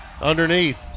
Underneath